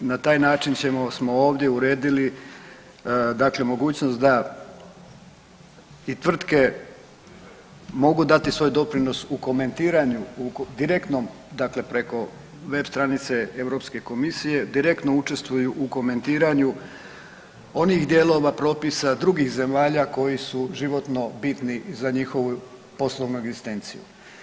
Na taj način ćemo, smo ovdje uredili dakle mogućnost da i tvrtke mogu dati svoj doprinos u komentiranju u direktnom, dakle preko web stranice Europske komisije direktno učestvuju u komentiranju onih dijelova propisa drugih zemalja koji su životno bitni za njihovu poslovnu egzistenciju.